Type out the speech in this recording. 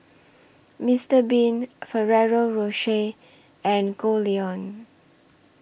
Mister Bean Ferrero Rocher and Goldlion